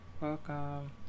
welcome